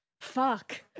Fuck